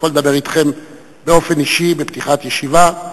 אני יכול לדבר אתכם באופן אישי בפתיחת ישיבה,